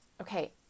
okay